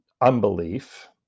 unbelief